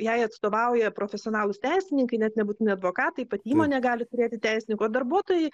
jai atstovauja profesionalūs teisininkai net nebūtinai advokatai pati įmonė gali turėti teisininko darbuotojai